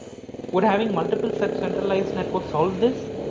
would having multiple such centralized network solve this?